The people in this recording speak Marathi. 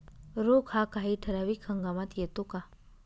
रोग हा काही ठराविक हंगामात येतो का?